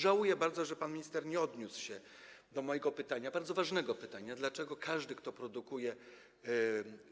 Żałuję bardzo, że pan minister nie odniósł się do mojego pytania, bardzo ważnego pytania, dlaczego każdy, kto produkuje